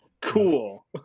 Cool